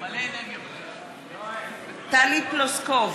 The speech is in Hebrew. בעד טלי פלוסקוב,